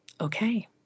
Okay